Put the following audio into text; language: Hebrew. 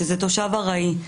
שזה תושב ארעי,